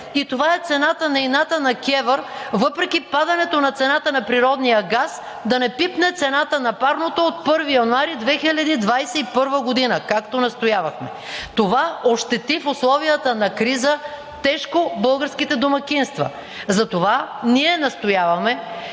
и това е цената на ината на КЕВР – въпреки падането на цената на природния газ, да не пипне цената на парното от 1 януари 2021 г., както настоявахме. Това ощети в условията на криза тежко българските домакинства. Затова ние настояваме